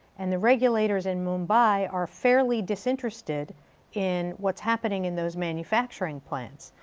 and the regulators in mumbai are fairly disinterested in what's happening in those manufacturing plants.